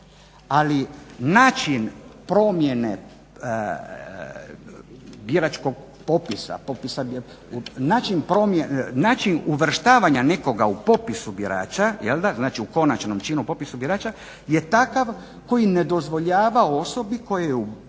Ali način promjene biračkog popisa, način uvrštavanja nekoga u popis birača, jel' da znači u konačnom činu popisu birača je takav koji ne dozvoljava osobi koji u krajnjoj